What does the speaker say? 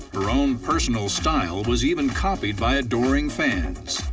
her own personal style was even copied by adoring fans.